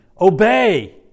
obey